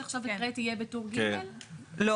לא.